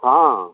हँ